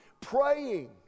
praying